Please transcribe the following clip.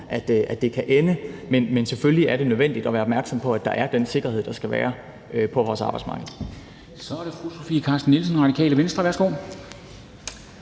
at det kan ende, men selvfølgelig er det nødvendigt at være opmærksom på, at der er den sikkerhed, der skal være på vores arbejdsmarked.